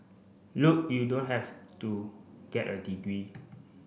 look you don't have to get a degree